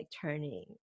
turning